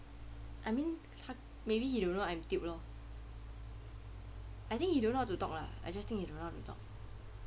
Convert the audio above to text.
I mean maybe he don't know I'm tilt lor I think he don't know how to talk lah I just think he don't know how to talk